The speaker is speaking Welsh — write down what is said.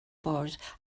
bwrdd